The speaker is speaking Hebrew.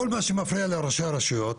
כל מה שמפריע לראשי הרשויות,